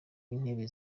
intebe